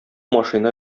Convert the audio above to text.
машина